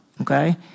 okay